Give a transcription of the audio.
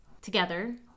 together